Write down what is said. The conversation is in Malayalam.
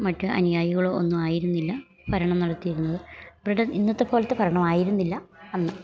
മറ്റ് അനിയായികളോ ഒന്നും ആയിരുന്നില്ല ഭരണം നടത്തിയിരുന്നത് ഇവരുടെ ഇന്നത്തെപ്പോലത്തെ ഭരണമായിരുന്നില്ല അന്ന്